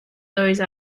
those